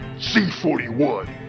c41